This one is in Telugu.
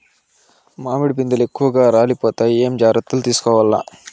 మామిడి పిందెలు ఎక్కువగా రాలిపోతాయి ఏమేం జాగ్రత్తలు తీసుకోవల్ల?